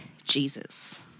Jesus